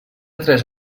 tres